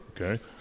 okay